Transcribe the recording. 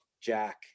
Jack